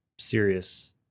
serious